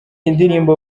indirimbo